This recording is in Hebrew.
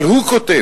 אבל הוא כותב